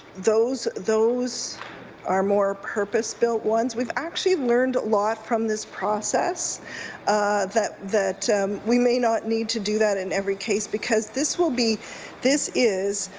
those those are more purpose-built ones. we've actually learned a lot from this process that that we may not need to do that in every days because this will be this is,